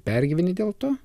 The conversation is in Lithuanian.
pergyveni dėl to